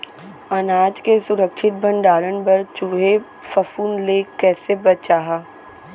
अनाज के सुरक्षित भण्डारण बर चूहे, फफूंद ले कैसे बचाहा?